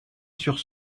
sur